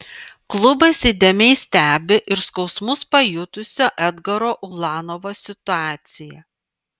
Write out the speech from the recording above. klubas įdėmiai stebi ir skausmus pajutusio edgaro ulanovo situaciją